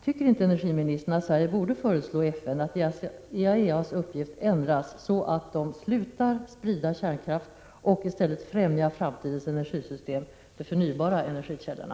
Tycker inte energiministern att Sverige i FN borde föreslå att IAEA:s uppgift ändras så att man slutar sprida kärnkraft och i stället främjar framtidens energisystem, de förnybara energikällorna?